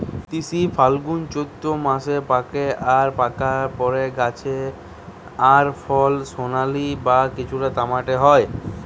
তিসি ফাল্গুনচোত্তি মাসে পাকে আর পাকার পরে গাছ আর ফল সোনালী বা কিছুটা তামাটে হয়